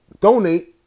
donate